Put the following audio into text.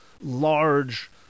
large